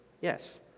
Yes